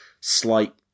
slight